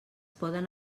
poden